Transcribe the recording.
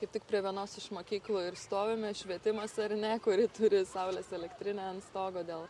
kaip tik prie vienos iš mokyklų ir stovime švietimas ar ne kuri turi saulės elektrinę ant stogo dėl